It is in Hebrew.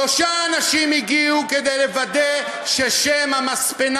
שלושה אנשים הגיעו כדי לוודא ששם המספנה